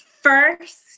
first